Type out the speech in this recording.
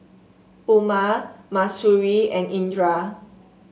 Umar Mahsuri and Indra